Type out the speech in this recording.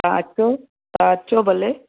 तव्हां अचो तव्हां अचो भले